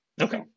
Okay